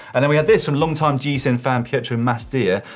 and then we had this from longtime gcn fan, pietro masdea,